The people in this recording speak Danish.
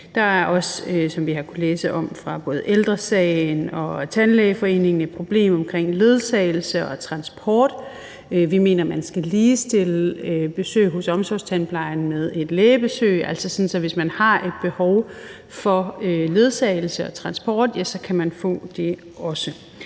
Der er også, som vi har kunnet læse om fra både Ældre Sagen og Tandlægeforeningen, et problem omkring ledsagelse og transport. Vi mener, at man skal ligestille besøg hos omsorgstandplejen med et lægebesøg, altså sådan, at hvis man har et behov for ledsagelse og transport, kan man få det også.